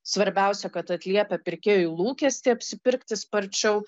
svarbiausia kad atliepia pirkėjų lūkestį apsipirkti sparčiau